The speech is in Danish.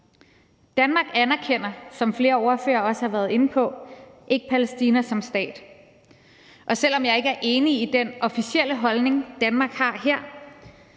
Danmark anerkender, som flere ordførere også har været inde på, ikke Palæstina som stat, og selv om jeg ikke er enig i den officielle holdning, Danmark har her,